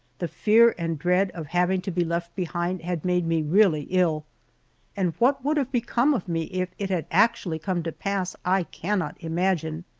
the fear and dread of having to be left behind had made me really ill and what would have become of me if it had actually come to pass i cannot imagine.